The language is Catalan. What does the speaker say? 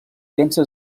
pensa